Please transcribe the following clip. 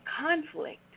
conflict